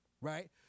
Right